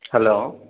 hello